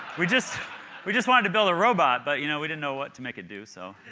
we just we just wanted to build a robot, but you know we didn't know what to make it do, so